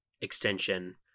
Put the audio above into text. extension